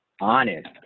Honest